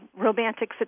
romantic